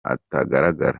atagaragara